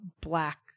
black